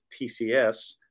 TCS